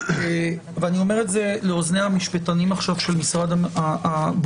ואני אומר את זה לאוזני המשפטנים עכשיו של משרד הבריאות.